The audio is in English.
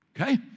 Okay